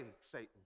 Satan